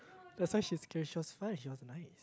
that's why she's scary she was fine she was nice